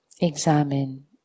examine